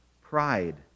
pride